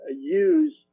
use